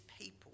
people